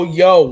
yo